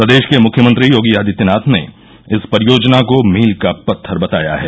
प्रदेश के मुख्यमंत्री योगी आदित्यनाथ ने इस परियोजना को मील का पत्थर बताया है